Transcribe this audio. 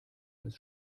als